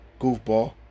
Goofball